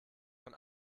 von